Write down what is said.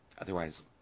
Otherwise